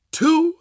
two